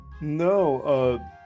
No